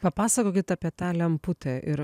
papasakokit apie tą lemputę ir